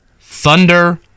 Thunder